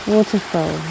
Waterfall